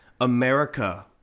America